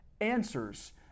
answers